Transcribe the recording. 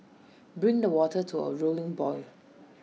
bring the water to A rolling boil